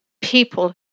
people